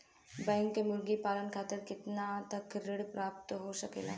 Bank से मुर्गी पालन खातिर कितना तक ऋण प्राप्त हो सकेला?